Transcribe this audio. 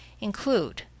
include